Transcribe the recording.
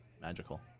magical